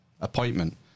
appointment